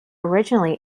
originally